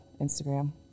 Instagram